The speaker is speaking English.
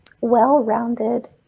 well-rounded